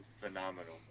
phenomenal